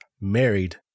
Married